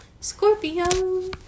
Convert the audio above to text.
Scorpio